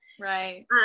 Right